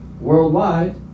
worldwide